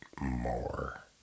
more